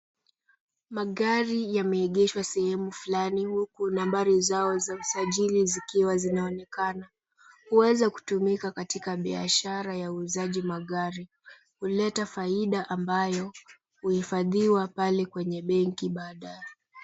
Magari yameegeshwa sehemu fulani huku nambari zao za usajili zikiwa zinaonekana. Huweza kutumika katika biashara ya uuzaji magari. Huleta faida ambayo huifadhiwa pale kwenye benki baadae.